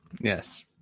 Yes